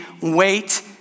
wait